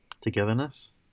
Togetherness